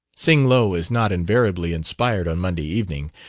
sing-lo is not invariably inspired on monday evening.